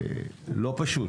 זה כלל לא פשוט.